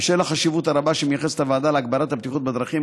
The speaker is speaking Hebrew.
בשל החשיבות הרבה שמייחסת הוועדה להגברת הבטיחות בדרכים,